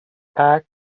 pack